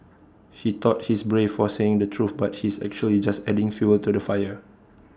he thought he's brave for saying the truth but he's actually just adding fuel to the fire